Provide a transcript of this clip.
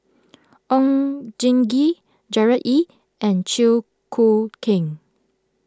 Oon Jin Gee Gerard Ee and Chew Koo Keng